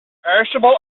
perishable